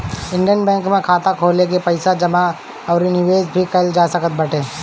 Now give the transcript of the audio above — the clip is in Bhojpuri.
इंडियन बैंक में खाता खोलवा के पईसा जमा अउरी निवेश भी कईल जा सकत बाटे